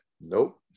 Nope